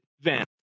event